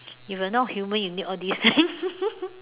if you're not human you need all this